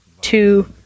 two